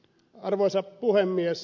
arvoisa puhemies